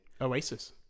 Oasis